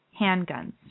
handguns